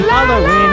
Halloween